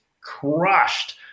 crushed